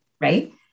right